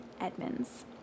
Edmonds